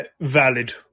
valid